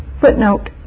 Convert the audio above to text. Footnote